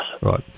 Right